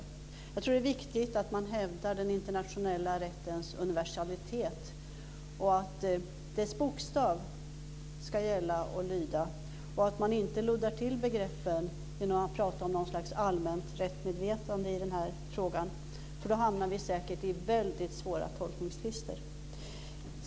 Jag tror att det är viktigt att man hävdar den internationella rättens universalitet och att dess bokstav ska gälla och lyda och att man inte luddar till begreppen genom att prata om något slags allmänt rättsmedvetande i denna fråga, för då hamnar vi säkert i väldigt svåra tolkningstvister.